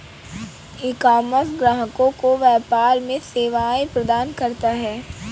ecommerce ग्राहकों को व्यापार में सेवाएं प्रदान करता है